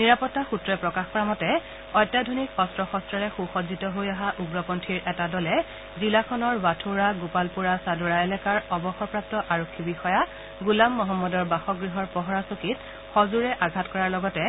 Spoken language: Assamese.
নিৰাপত্তা সূত্ৰই প্ৰকাশ কৰা মতে অত্যাধুনিক অন্ত্ৰ শঙ্গৰে সু সজ্জিত হৈ অহা উগ্ৰপন্থীৰ এটা দলে জিলাখনৰ ৱাথোড়া গোপালপ'ৰা চাডোৰা এলেকাৰ অৱসৰপ্ৰাপ্ত আৰক্ষী বিষয়া গোলাম মহম্মদৰ বাসগ্হৰ পহৰা চকীত সজোৰে আঘাত কৰাৰ লগতে